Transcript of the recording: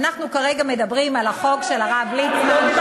ואנחנו כרגע מדברים על החוק של הרב ליצמן.